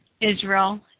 Israel